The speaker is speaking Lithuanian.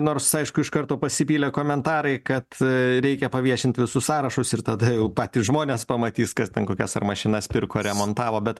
nors aišku iš karto pasipylė komentarai kad reikia paviešint visus sąrašus ir tada jau patys žmonės pamatys kas ten kokias ar mašinas pirko remontavo bet